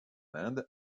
inde